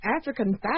African